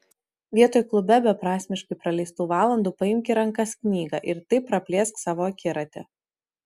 vietoj klube beprasmiškai praleistų valandų paimk į rankas knygą ir taip praplėsk savo akiratį